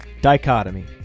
Dichotomy